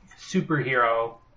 superhero